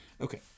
Okay